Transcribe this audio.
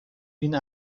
این